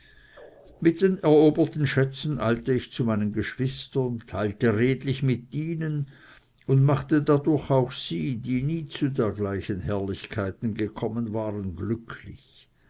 mit den eroberten schätzen eilte ich zu meinen geschwistern teilte redlich mit ihnen und machte dadurch auch sie die nie zu dergleichen herrlichkeiten gekommen waren glücklich